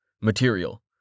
material